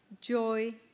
joy